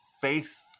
faith